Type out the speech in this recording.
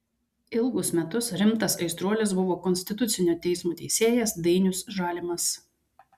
ilgus metus rimtas aistruolis buvo konstitucinio teismo teisėjas dainius žalimas